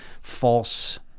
false